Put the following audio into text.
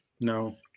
No